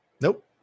nope